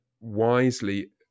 wisely